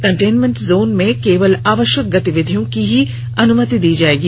containment zone में केवल आवश्यक गतिविधियों की ही अनुमति दी जाएगी